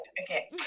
Okay